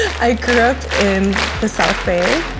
i grew up in the south bay,